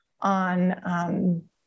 on